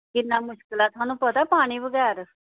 किन्ना मुश्कल ऐ तुआनूं पता ऐ पानी बगैर